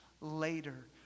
later